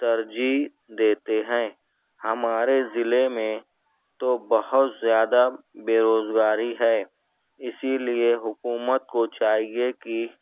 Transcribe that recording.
ترجیح دیتے ہیں ہمارے ضلعے میں تو بہت زیادہ بےروزگاری ہے اسی لیے حکومت کو چاہیے کہ